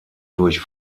durch